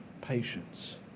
Patience